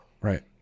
Right